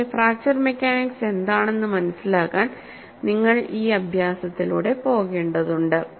പക്ഷെ fracture mechanics എന്താണെന്ന് മനസിലാക്കാൻ നിങ്ങൾ ഈ അഭ്യാസത്തിലൂടെ പോകേണ്ടതുണ്ട്